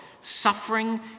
Suffering